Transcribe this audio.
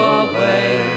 away